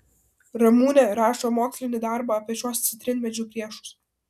ramunė rašo mokslinį darbą apie šiuos citrinmedžių priešus